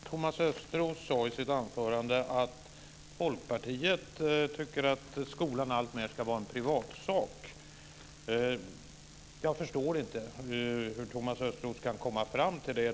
Fru talman! Thomas Östros sade i sitt anförande att Folkpartiet alltmer tycker att skolan ska vara en privatsak. Jag förstår inte hur Thomas Östros kan komma fram till det.